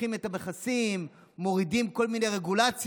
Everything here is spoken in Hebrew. פותחים את המכסים, מורידים כל מיני רגולציות.